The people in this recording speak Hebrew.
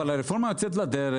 אבל הרפורמה יוצאת לדרך,